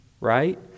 right